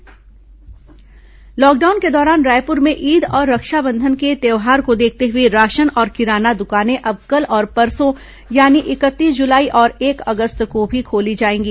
lockdown lockdown के दौरान रायपुर में ईद और रक्षाबंधन के त्यौहार को देखते हुए राशन और किराना दुकाने अब कल और परसों यानि इकतीस जुलाई और एक अगस्त को भी खोली जाएंगी